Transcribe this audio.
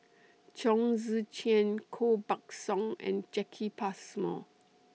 Chong Tze Chien Koh Buck Song and Jacki Passmore